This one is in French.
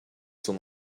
son